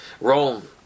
Rome